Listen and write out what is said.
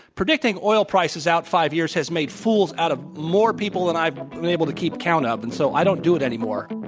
predicting oil prices out five years has made fools out of more people than i'm able to keep count of, and so i don't do it anymore.